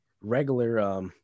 regular